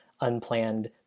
unplanned